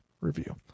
review